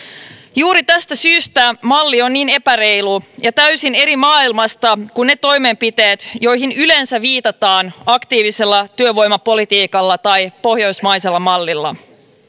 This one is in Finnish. juuri tästä syystä malli on niin epäreilu ja täysin eri maailmasta kuin ne toimenpiteet joihin yleensä viitataan aktiivisella työvoimapolitiikalla tai pohjoismaisella mallilla